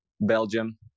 Belgium